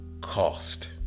cost